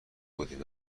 بودیم